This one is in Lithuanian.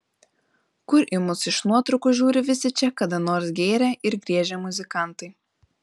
kur į mus iš nuotraukų žiūri visi čia kada nors gėrę ir griežę muzikantai